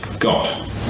God